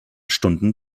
stunden